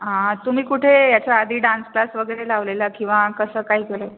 हां तुम्ही कुठे याच्या आधी डान्स क्लास वगैरे लावलेला किंवा कसं काय केलं आहे